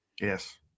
Yes